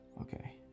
okay